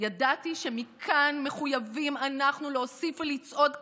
ידעתי שמכאן מחויבים אנחנו להוסיף ולצעוד קדימה,